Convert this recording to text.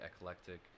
eclectic